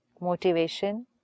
motivation